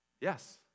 Yes